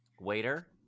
Waiter